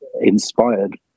inspired